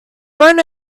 when